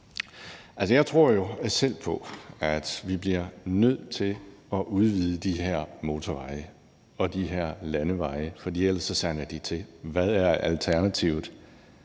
jeg tror selv på, at vi bliver nødt til at udvide de her motorveje og de her landeveje, for ellers sander de til. Hvad er alternativet?